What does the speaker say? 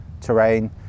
terrain